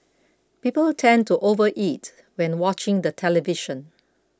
people tend to overeat when watching the television